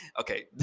Okay